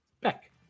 back